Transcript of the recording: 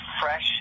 fresh